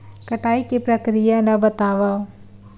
कटाई के प्रक्रिया ला बतावव?